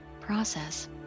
process